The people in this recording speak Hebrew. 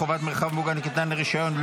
חובת מרחב מוגן כתנאי לרישיון),